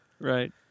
Right